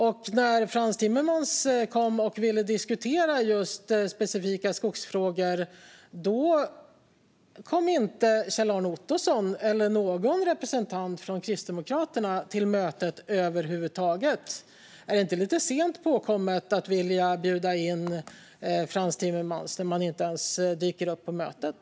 Men när Frans Timmermans ville diskutera skogsfrågor specifikt kom inte Kjell-Arne Ottosson eller någon annan representant från Kristdemokraterna till mötet över huvud taget. Är det inte lite sent påtänkt att bjuda in Frans Timmermans när ni inte ens dök upp på mötet?